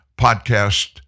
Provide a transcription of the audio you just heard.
podcast